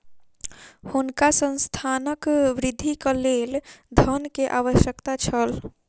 हुनका संस्थानक वृद्धिक लेल धन के आवश्यकता छल